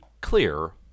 clear